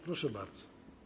Proszę bardzo.